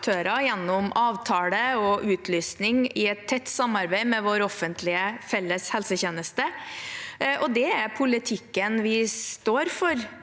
gjennom avtaler og utlysning i tett samarbeid med vår felles offentlige helsetjeneste. Det er politikken vi står for.